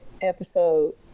episode